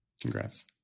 Congrats